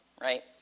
right